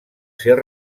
ser